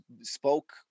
spoke